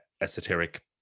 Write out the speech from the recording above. esoteric